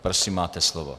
Prosím, máte slovo.